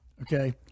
Okay